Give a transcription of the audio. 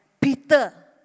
Peter